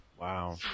Wow